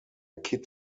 kid